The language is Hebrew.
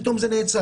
פתאום זה נעצר.